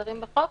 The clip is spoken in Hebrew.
שמוסדרים בחוק.